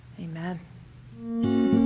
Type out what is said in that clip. Amen